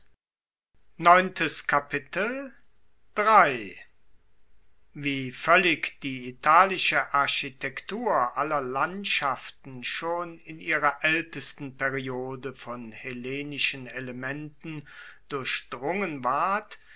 wie voellig die italische architektur aller landschaften schon in ihrer aeltesten periode von hellenischen elementen durchdrungen ward